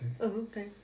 Okay